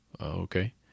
Okay